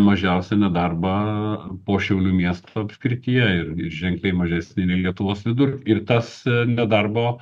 mažiausią nedarbą po šiaulių miesto apskrityje ir ženkliai mažesnį nei lietuvos vidur ir tas nedarbo